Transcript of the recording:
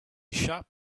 shop